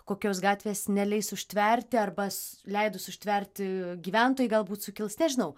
kokios gatvės neleis užtverti arba leidus užtverti gyventojai galbūt sukils nežinau